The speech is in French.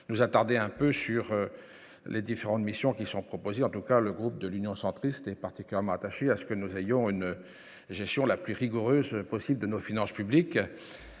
nous attarder un peu sur les différentes missions qui sont proposés en tout cas, le groupe de l'Union centriste est particulièrement attaché à ce que nous ayons une gestion la plus rigoureuse possible de nos finances publiques,